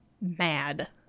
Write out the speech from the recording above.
mad